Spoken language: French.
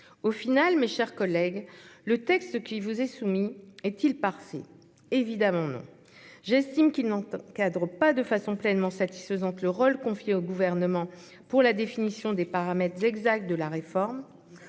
attentifs. Mes chers collègues, le texte qui vous est soumis est-il parfait ? Bien évidemment, non : j'estime qu'il n'encadre pas de façon pleinement satisfaisante le rôle confié au Gouvernement de définir les paramètres exacts de la réforme.